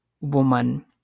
woman